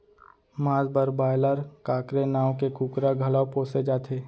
मांस बर broiler, cockerel नांव के कुकरा घलौ पोसे जाथे